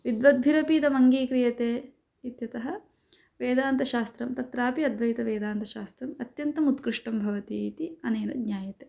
विद्वद्भिरपि इदमङ्गीक्रियते इत्यतः वेदान्तशास्त्रं तत्रापि अद्वैतवेदान्तशास्त्रम् अत्यन्तम् उत्कृष्टं भवति इति अनेन ज्ञायते